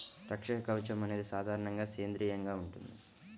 రక్షక కవచం అనేది సాధారణంగా సేంద్రీయంగా ఉంటుంది